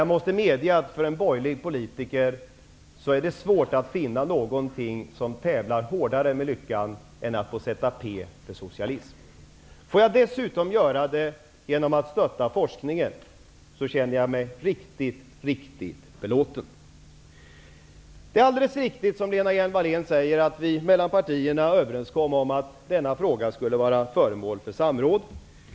Jag måste dock medge att det för en borgerlig politiker är svårt att finna någonting som tävlar hårdare om detta än att få sätta p för socialism. Får jag dessutom göra det genom att stötta forskningen så känner jag mig riktigt, riktigt belåten. Det är alldeles riktigt, som Lena Hjelm-Wallén säger, att vi mellan partierna överenskom om att denna fråga skulle vara föremål för samråd.